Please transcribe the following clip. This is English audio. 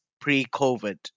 pre-COVID